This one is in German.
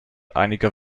einiger